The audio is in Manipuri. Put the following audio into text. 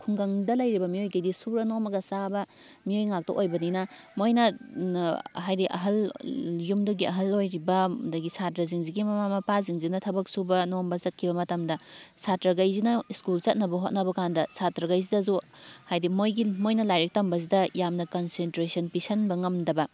ꯈꯨꯡꯒꯪꯗ ꯂꯩꯔꯤꯕ ꯃꯤꯑꯣꯏꯈꯩꯗꯤ ꯁꯨꯔ ꯅꯣꯝꯃꯒ ꯆꯥꯕ ꯃꯤꯑꯣꯏ ꯉꯥꯛꯇ ꯑꯣꯏꯕꯅꯤꯅ ꯃꯣꯏꯅ ꯍꯥꯏꯗꯤ ꯑꯍꯜ ꯌꯨꯝꯗꯨꯒꯤ ꯑꯍꯜ ꯑꯣꯏꯔꯤꯕ ꯑꯗꯒꯤ ꯁꯥꯇ꯭ꯔꯁꯤꯡꯁꯤꯒꯤ ꯃꯃꯥ ꯃꯄꯥꯁꯤꯡꯁꯤꯅ ꯊꯕꯛ ꯁꯨꯕ ꯅꯣꯝꯕ ꯆꯠꯈꯤꯕ ꯃꯇꯝꯗ ꯁꯥꯇ꯭ꯔꯈꯩꯁꯤꯅ ꯁ꯭ꯀꯨꯜ ꯆꯠꯅꯕ ꯍꯣꯠꯅꯕ ꯀꯥꯟꯗ ꯁꯥꯇ꯭ꯔꯈꯩꯁꯤꯗꯁꯨ ꯍꯥꯏꯗꯤ ꯃꯣꯏꯒꯤ ꯃꯣꯏꯅ ꯂꯥꯏꯔꯤꯛ ꯇꯝꯕꯁꯤꯗ ꯌꯥꯝꯅ ꯀꯟꯁꯦꯟꯇ꯭ꯔꯦꯁꯟ ꯄꯤꯁꯟꯕ ꯉꯝꯗꯕ